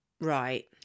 Right